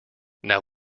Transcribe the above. now